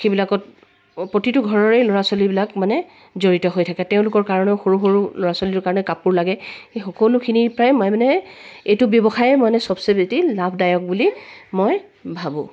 সেইবিলাকত প্ৰতিটো ঘৰৰে ল'ৰা ছোৱালীবিলাক মানে জড়িত হৈ থাকে তেওঁলোকৰ কাৰণেও সৰু সৰু ল'ৰা ছোৱালীৰ কাৰণে কাপোৰ লাগে সেই সকলোখিনিৰ প্ৰায় মই মানে এইটো ব্যৱসায়ে মানে সবতকৈ বেছি লাভদায়ক বুলি মই ভাবোঁ